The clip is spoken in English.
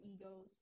egos